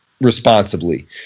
responsibly